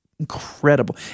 Incredible